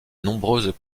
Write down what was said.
nombreuses